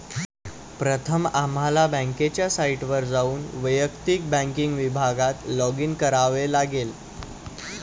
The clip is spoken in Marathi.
प्रथम आम्हाला बँकेच्या साइटवर जाऊन वैयक्तिक बँकिंग विभागात लॉगिन करावे लागेल